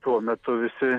tuo metu visi